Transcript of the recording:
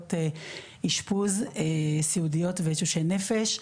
במחלקות אשפוז סיעודיות ותשושי נפש,